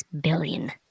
billion